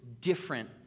different